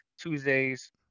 tuesdays